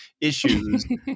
issues